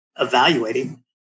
evaluating